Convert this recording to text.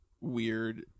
weird